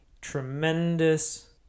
tremendous